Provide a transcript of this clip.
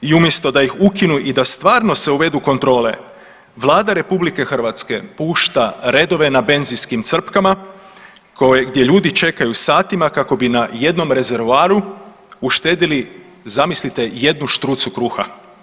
I umjesto da ih ukinu i da stvarno se uvedu kontrole, Vlada RH pušta redove na benzinskim crpkama gdje ljudi čekaju satima kako bi na jednom rezervoaru uštedjeli zamislite jednu štrucu kruha.